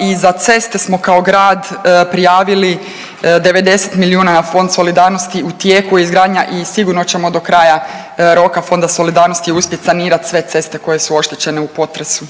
i za ceste smo kao grad prijavili 90 milijuna na Fond solidarnosti. U tijeku je izgradnja i sigurno ćemo do kraja roka Fonda solidarnosti uspjet sanirat sve ceste koje su oštećene u potresu.